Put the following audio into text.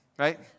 right